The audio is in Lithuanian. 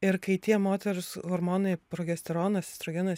ir kai tie moterų s hormonai progesteronas estrogenas